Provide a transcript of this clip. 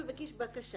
שאדם מגיש בקשה,